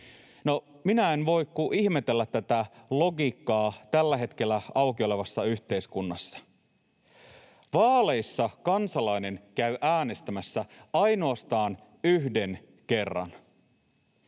minä en voi kuin ihmetellä tätä logiikkaa tällä hetkellä auki olevassa yhteiskunnassa. Vaaleissa kansalainen käy äänestämässä ainoastaan yhden kerran.